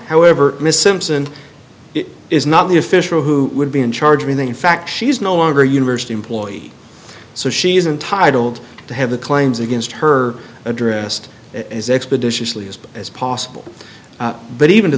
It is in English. however miss simpson is not the official who would be in charge when they in fact she is no longer a university employee so she's entitled to have the claims against her addressed as expeditiously as as possible but even to